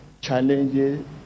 challenges